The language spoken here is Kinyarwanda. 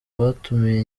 batumiye